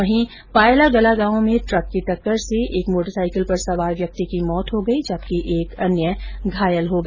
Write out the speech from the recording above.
वहीं पायलागला गांव में ट्रक की टक्कर से एक मोटरसाईकिल सवार की मौत हो गई जबकि एक अन्य व्यक्ति घायल हो गया